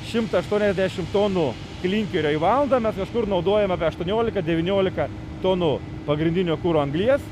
šimtą aštuoniasdešim tonu klinkerio į valandą mes kažkur naudojame apie aštuoniolika devyniolika tonų pagrindinio kuro anglies